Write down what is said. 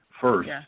first